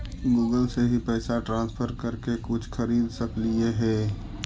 Google से भी पैसा ट्रांसफर कर के कुछ खरिद सकलिऐ हे?